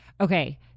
okay